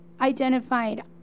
identified